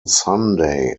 sunday